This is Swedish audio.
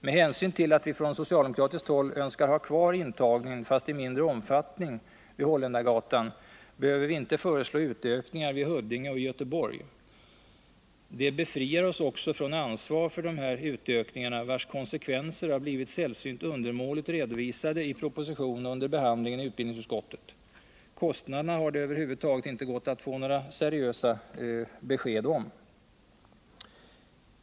Med hänsyn till att vi från socialdemokratiskt håll önskar ha kvar intagningen — fast i mindre omfattning — vid Holländargatan, behöver vi inte föreslå utökningar i Huddinge och i Göteborg. Det befriar oss också från ansvar för dessa utökningar, vars konsekvenser har blivit sällsynt undermåligt redovisade i propositionen och under behandlingen i utbildningsutskottet. Kostnaderna har det över huvud taget inte gått att få några seriösa besked om.